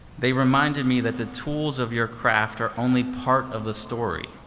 they reminded me that the tools of your craft are only part of the story.